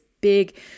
big